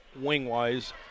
wing-wise